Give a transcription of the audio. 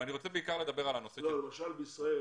בישראל